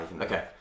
Okay